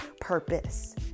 purpose